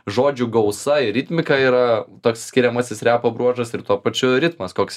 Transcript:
žodžių gausa ir ritmika yra toks skiriamasis repo bruožas ir tuo pačiu ritmas koks